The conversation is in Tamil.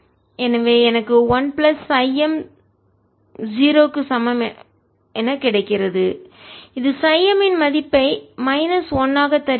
எனவே எனக்கு 1 பிளஸ் சை M 0 க்கு சமம் என கிடைக்கிறது இது சை M இன் மதிப்பை மைனஸ் 1 ஆக தருகிறது